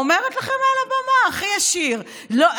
אומרת לכם על הבמה הכי ישיר: לא,